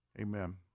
amen